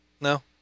No